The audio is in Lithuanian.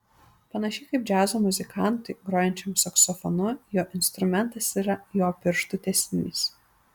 panašiai kaip džiazo muzikantui grojančiam saksofonu jo instrumentas yra jo pirštų tęsinys